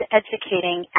educating